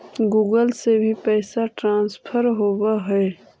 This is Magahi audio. गुगल से भी पैसा ट्रांसफर होवहै?